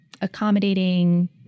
accommodating